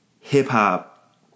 hip-hop